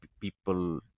people